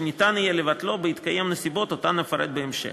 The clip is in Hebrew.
שניתן יהיה לבטלו בהתקיים נסיבות שאותן אפרט בהמשך.